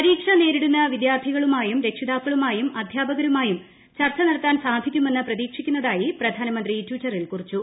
പരീക്ഷ നേരിടുന്ന വിദ്യാർത്ഥികളുമായും രക്ഷിതാക്കളുമായും അധ്യാപകരുമായും വിശദമായ ചർച്ച നടത്താൻ സാധിക്കുമെന്ന് പ്രതീക്ഷിക്കുന്നതായി പ്രധാനമന്ത്രി ട്വിറ്ററിൽ കൂറിച്ചു